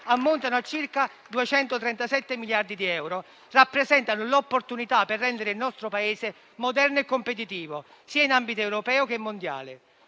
ammontano a circa 237 miliardi di euro, rappresentano l'opportunità per rendere il nostro Paese moderno e competitivo, sia in ambito europeo che mondiale.